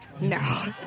No